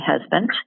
husband